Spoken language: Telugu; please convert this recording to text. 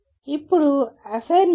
ఇప్పుడు అసైన్మెంట్లు